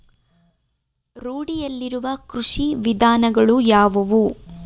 ರೂಢಿಯಲ್ಲಿರುವ ಕೃಷಿ ವಿಧಾನಗಳು ಯಾವುವು?